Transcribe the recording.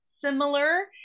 similar